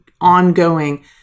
ongoing